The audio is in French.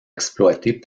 exploitées